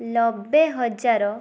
ନବେହଜାର